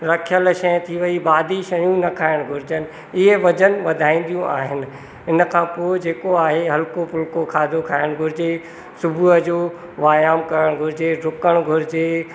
रखियल शइ थी वई बादी शयूं न खाइणु घुरिजनि इहे वज़न वधाइंदियूं आहिनि उनखां पोइ जेको आहे हलको फुलको खाधो खाइणु घुरिजे सुबुह जो व्यायाम करणु घुरिजे ड्रुकणु घुरिजे